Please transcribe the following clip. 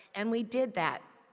and we did that.